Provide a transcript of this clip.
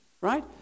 Right